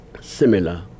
similar